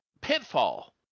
pitfall